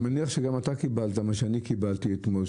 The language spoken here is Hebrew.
אני מניח שגם אתה קיבלת מה שאני קיבלתי אתמול,